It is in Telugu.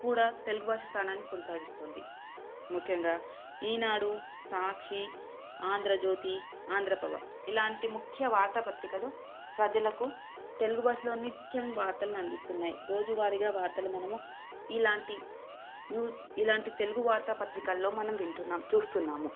కూడా తెలుగు భాష స్థానాన్ని కొనసాగిస్తుంది ముఖ్యంగా ఈనాడు సాక్షి ఆంధ్రజ్యోతి ఆంధ్రప్రభ ఇలాంటి ముఖ్య వార్తాపత్రికలు ప్రజలకు తెలుగు భాషలో నిత్యం వార్తలను అందిస్తున్నాయి రోజువారిగా వార్తలు మనము ఇలాంటి న్యూస్ ఇలాంటి తెలుగు వార్తాపత్రికాల్లో మనం వింటున్నాం చూస్తున్నాము